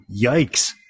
Yikes